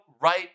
right